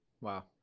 wow